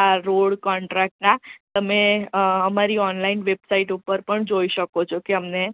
આ રોડ કોન્ટ્રાક્ટના તમે અમારી ઓનલાઇન વેબસાઈટ ઉપર પણ જોઈ શકો છો કે અમને